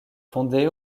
fondée